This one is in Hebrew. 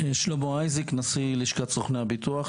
שלמה אייזיק, נשיא לשכת סוכני הביטוח.